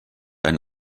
ein